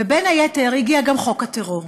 ובין היתר הגיע גם חוק הטרור.